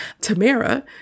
Tamara